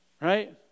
right